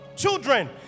children